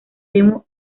demo